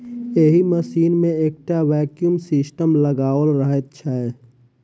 एहि मशीन मे एकटा वैक्यूम सिस्टम लगाओल रहैत छै